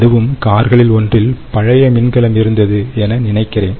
அதுவும் கார்களில் ஒன்றில் பழைய மின்கலம் இருந்தது என நினைக்கிறேன்